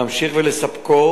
להמשיך לספקו,